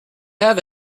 have